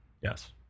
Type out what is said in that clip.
Yes